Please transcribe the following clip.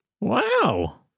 Wow